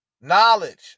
Knowledge